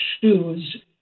shoes